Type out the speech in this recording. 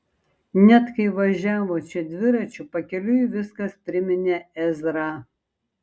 net kai važiavo čia dviračiu pakeliui viskas priminė ezrą